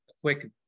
quick